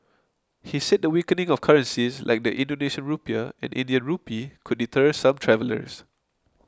he said the weakening of currencies like the Indonesian Rupiah and Indian Rupee could deter some travellers